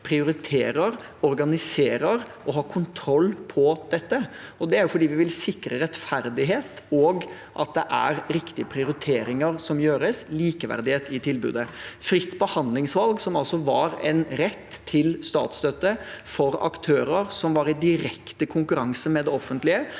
prioriterer, organiserer og har kontroll på dette. Det er fordi vi vil sikre rettferdighet og at det er riktige prioriteringer som gjøres, likeverdighet i tilbudet. Fritt behandlingsvalg, som altså var en rett til statsstøtte for aktører som var i direkte konkurranse med det offentlige,